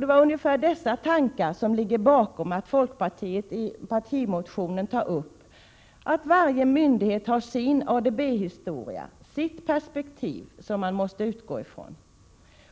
Det är ungefär dessa tankar som har legat bakom när folkpartiet i partimotionen påpekar att varje myndighet har sin ADB-historia och sitt 127 Prot. 1987/88:122 perspektiv att utgå från.